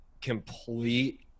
complete